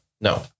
No